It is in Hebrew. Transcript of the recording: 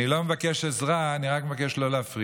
אני לא מבקש עזרה, אני רק מבקש לא להפריע,